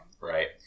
Right